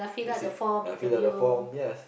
that's it ya fill up the form yes